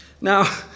Now